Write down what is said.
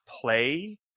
play